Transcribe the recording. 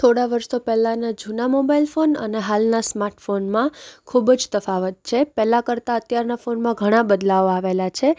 થોડાં વર્ષો પહેલાંના જૂના મોબાઈલ અને હાલના સ્માર્ટફોનમાં ખૂબ જ તફાવત છે પહેલાં કરતાં અત્યારના ફોનમાં ઘણા બદલાવ આવેલા છે